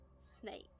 snake